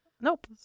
Nope